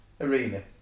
arena